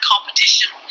competition